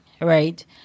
Right